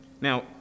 Now